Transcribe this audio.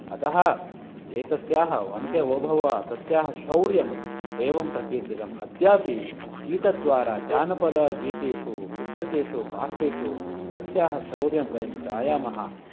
अतः एतस्याः वनकेवोभव्वा तस्याः शौर्यं एवं प्रकिर्तितम् अद्यापि गीतद्वारा जनपदगीतेषु पुस्तकेषु पाठेषु तस्याः शौर्यं वयं गायामः